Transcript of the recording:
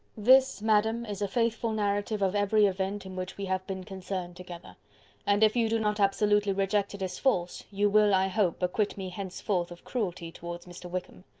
this, madam, is a faithful narrative of every event in which we have been concerned together and if you do not absolutely reject it as false, you will, i hope, acquit me henceforth of cruelty towards mr. wickham.